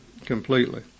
completely